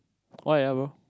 why ah bro